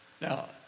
now